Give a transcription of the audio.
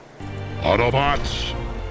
Autobots